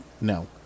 No